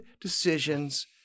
decisions